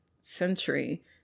century